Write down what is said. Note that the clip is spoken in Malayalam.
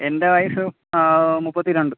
എൻ്റെ വയസ്സ് മുപ്പത്തി രണ്ട്